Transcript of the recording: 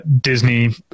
Disney